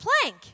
plank